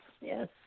yes